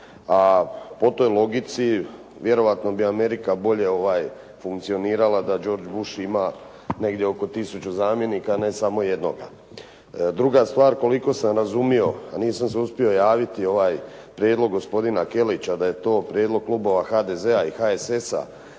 a po toj logici vjerojatno bi Amerika bolje funkcionirala da George Bush ima negdje oko tisuću zamjenika a ne samo jednoga. Druga stvar koliko sam razumio a nisam se uspio javiti ovaj prijedlog gospodina Kelića da je to prijedlog klubova HDZ-a i HSS-a